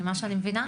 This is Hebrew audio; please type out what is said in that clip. ממה שאני מבינה,